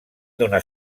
donar